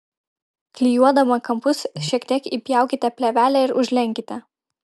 klijuodama kampus šiek tiek įpjaukite plėvelę ir užlenkite